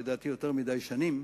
לדעתי יותר מדי שנים,